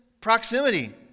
proximity